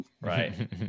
right